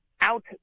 out